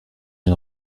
une